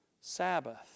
Sabbath